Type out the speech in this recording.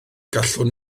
gallwn